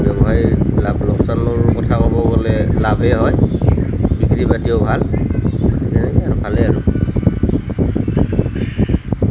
ব্য়ৱসায়ত লাভ লোকচানৰ কথা ক'ব গ'লে লাভেই হয় বিক্ৰী পাতিও ভাল তেনেকৈ ভালেই আৰু